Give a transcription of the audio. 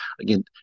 again